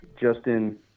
Justin